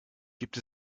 gibt